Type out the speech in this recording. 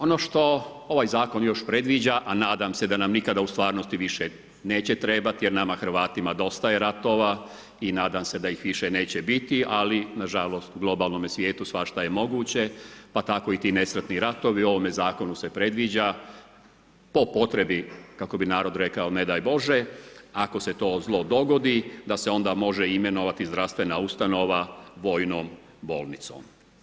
Ono što ovaj zakon još predviđa a nadam se da nam nikada u stvarnosti više neće trebati jer nama Hrvatima dostaje ratova i nadam se da ih više neće biti ali nažalost u globalnome svijetu svašta je moguće pa tako i ti nesretni ratovi, u ovome zakonu se predviđa po potrebi, kako bi narod rekao, ne daj bože, ako se to zlo dogodi, da se onda može imenovati zdravstvena ustanova vojnom bolnicom.